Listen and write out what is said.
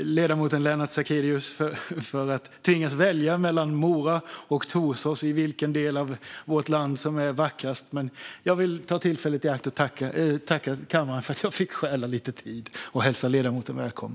ledamoten Lennart Sacrédeus för att tvingas välja mellan Mora och Torsås när det gäller vilken del av vårt land som är vackrast, men jag vill ta tillfället i akt att tacka kammaren för att jag fick stjäla lite tid och hälsa ledamoten välkommen.